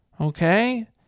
Okay